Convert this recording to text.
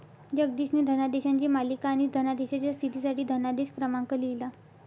जगदीशने धनादेशांची मालिका आणि धनादेशाच्या स्थितीसाठी धनादेश क्रमांक लिहिला